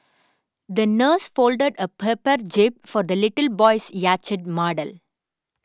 the nurse folded a paper jib for the little boy's yacht model